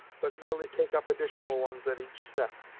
but merely take up additional ones at each step.